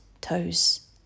toes